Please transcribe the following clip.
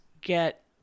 get